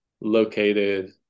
located